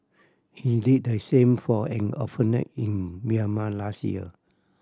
he did the same for an orphanage in Myanmar last year